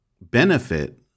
benefit